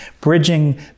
bridging